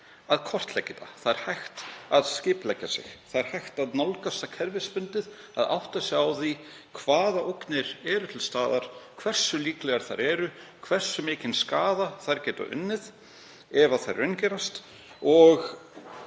að kortleggja það. Það er hægt að skipuleggja sig. Það er hægt að nálgast það kerfisbundið og átta sig á því hvaða ógnir eru til staðar, hversu líklegar þær eru og hversu miklum skaða þær geta valdið ef þær raungerast.